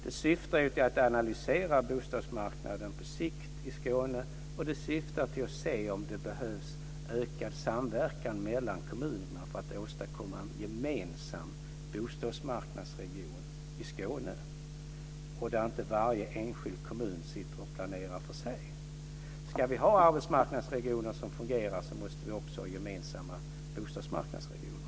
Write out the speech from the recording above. Det syftar till att analysera bostadsmarknaden på sikt i Skåne, och det syftar till att se om det behövs ökad samverkan mellan kommunerna för att åstadkomma en gemensam bostadsmarknadsregion i Skåne, där inte varje enskild kommun sitter och planerar för sig. Ska vi ha arbetsmarknadsregioner som fungerar måste vi också ha gemensamma bostadsmarknadsregioner.